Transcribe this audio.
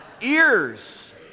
ears